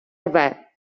рве